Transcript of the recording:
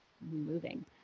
moving